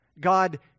God